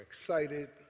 excited